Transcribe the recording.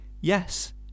Yes